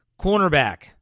cornerback